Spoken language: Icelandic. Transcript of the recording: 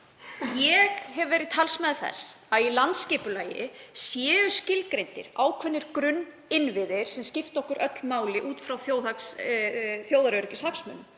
Ég hef verið talsmaður þess að í landsskipulagi séu skilgreindir ákveðnir grunninnviðir sem skipta okkur öll máli út frá þjóðaröryggishagsmunum.